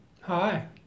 Hi